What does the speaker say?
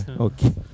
Okay